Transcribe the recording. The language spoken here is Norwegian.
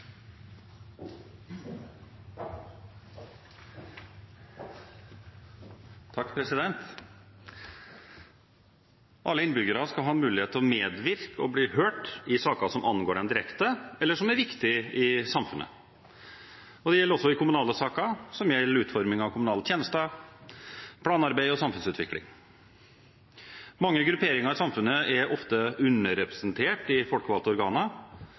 Alle innbyggere skal ha mulighet til å medvirke og bli hørt i saker som angår dem direkte, eller som er viktige i samfunnet. Det gjelder også i kommunale saker som gjelder utforming av kommunale tjenester, planarbeid og samfunnsutvikling. Mange grupperinger i samfunnet er ofte underrepresentert i folkevalgte organer,